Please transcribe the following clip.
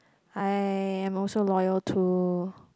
I am also loyal to